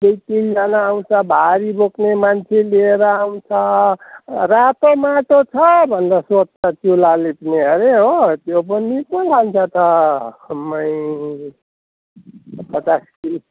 दुई तिनजना आउँछ भारी बोक्ने मान्छे लिएर आउँछ रातो माटो छ भनेर सोध्छ चुल्हा लिप्ने हरे हो त्यो पनि पो लान्छ त आम्मै